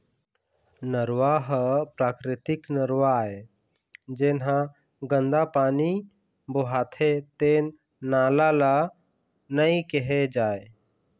नरूवा ह प्राकृतिक नरूवा आय, जेन ह गंदा पानी बोहाथे तेन नाला ल नइ केहे जाए